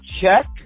check